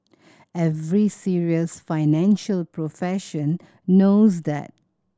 every serious financial profession knows that